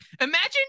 imagine